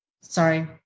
sorry